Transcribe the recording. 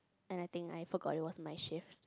and I think I forgot it was my shift